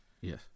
yes